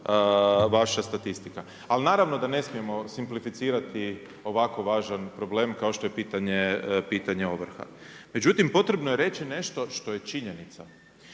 vaša statistika. Ali naravno da ne smijemo simplificirati ovako važan problem kao što je pitanje ovrha. Međutim, potrebno je reći nešto što je činjenica,